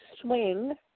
swing